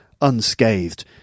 unscathed